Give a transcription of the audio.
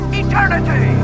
eternity